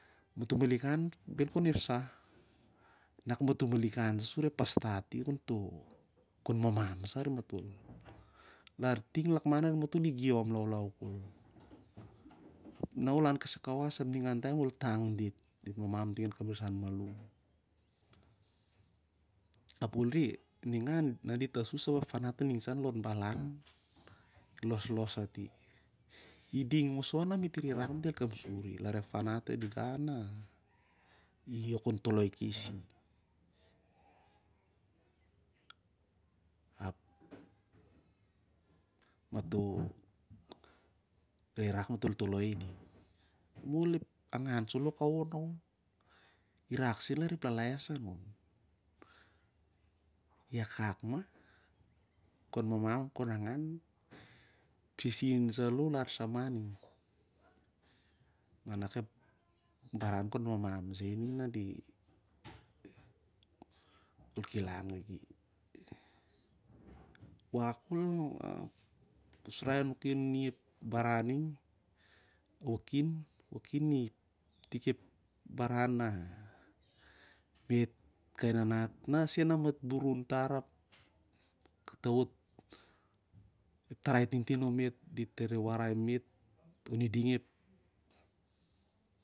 Larting lakman arim matol igiom laulau ko. No ol mailik an kasai kawas lon buibui ap ol tang dit, dit mamam ting an kamrisan malum, ap ol re, ningan dit el asus ap ep fanat a ding sa lon balan i loslos ati. Iding moso na me't rerak el kapsuri larep fanat adinga na kon toloi kise. Ap mato rere rak matol toloi kisi, momol ep angan saloh kaon irak sen lar ep lalaes anun. I akak mah kon mamam ap kon mamam, sisir saloh larsamaning. Manak ep baran kon mamam sa ining da di wok kon kilang liki. Wakak kho'l anep usrai anuki on iding ep baran ning ep waking na itik ep baran na kai nanat na sen na met burun tar ap ep tarai tintin omet dit warai met oni ding ep baran ning.